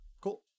Cool